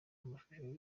amashuri